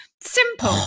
simple